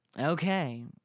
Okay